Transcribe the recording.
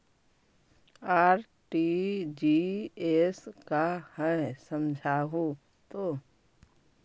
RTGS का है समझाहू तो?